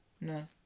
No